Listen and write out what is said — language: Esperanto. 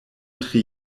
tri